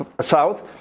south